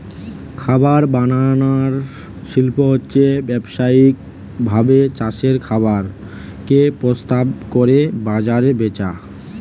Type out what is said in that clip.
খাবার বানানার শিল্প হচ্ছে ব্যাবসায়িক ভাবে চাষের খাবার কে প্রস্তুত কোরে বাজারে বেচা